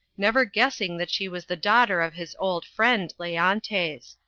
never guessing that she was the daughter of his old friend, leontes.